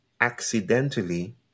accidentally